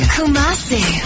Kumasi